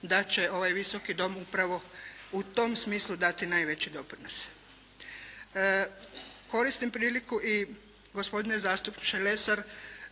da će ovaj Visoki dom upravo u tom smislu dati najveći doprinos. Koristim priliku i gospodine zastupniče Lesar